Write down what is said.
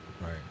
Right